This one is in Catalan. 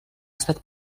estat